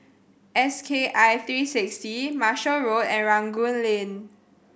S K I three sixty Marshall Road and Rangoon Lane